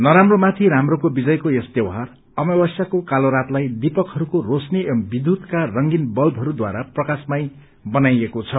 नराम्रो माथि राम्रोको विजयको यस त्यौहार अमावश्यको कालो रातलाई दीपकहरूको रोशनी एवं विध्यूतका रंगीन बल्बहरूद्वारा प्रकाशमय बनाइएको छ